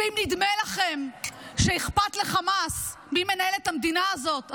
ואם נדמה לכם שאכפת לחמאס מי מנהל את המדינה הזאת,